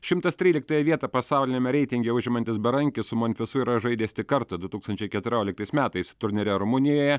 šimtas tryliktąją vietą pasauliniame reitinge užimantis berankis su monfesu yra žaidęs tik kartą du tūkstančiai keturioliktais metais turnyre rumunijoje